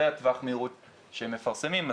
זה טווח המהירות שהם מפרסמים.